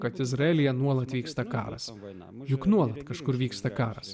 kad izraelyje nuolat vyksta karas mainams juk nuolat kažkur vyksta karas